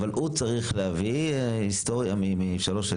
הוא צריך להביא היסטוריה משלוש שנים.